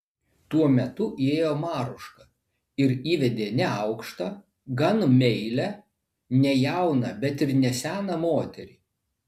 tuo metu įėjo maruška ir įvedė neaukštą gan meilią ne jauną bet ir ne seną moterį